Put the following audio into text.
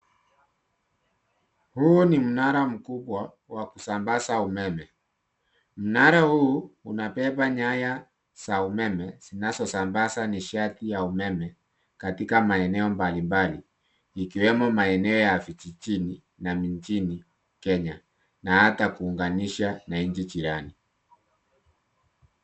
Huu ni mnara mkubwa wa kusambaza umeme. Mnara huu umebeba unabeba nyaya za umeme zinazosambaza nishati ya umeme katika mbalimbali ikiwemo maeneo ya vijijini na mijini kenya na hata kuunganisha na nchi fulani.